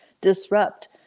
disrupt